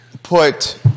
Put